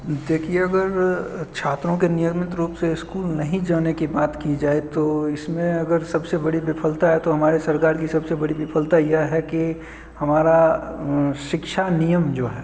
देखिए अगर छात्रों के नियमित रूप से स्कूल नहीं जाने की बात की जाए तो इसमें अगर सबसे बड़ी विफलता है तो हमारी सरकार की सबसे बड़ी विफलता यह है कि हमारी शिक्षा नियम